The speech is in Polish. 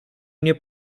nie